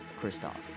Kristoff